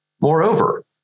Moreover